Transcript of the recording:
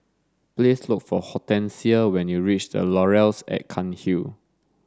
please look for Hortensia when you reach the Laurels at Cairnhill